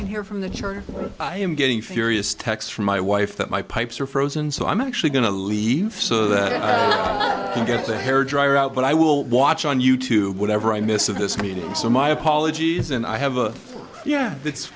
and hear from the jury i am getting furious texts from my wife that my pipes are frozen so i'm actually going to leave so that i can get the hair dryer out but i will watch on youtube whatever i miss of this meeting so my apologies and i have a yeah it's